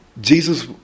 Jesus